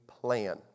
plan